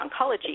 oncology